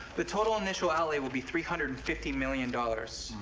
the total initial outlay will be three hundred and fifty million dollars.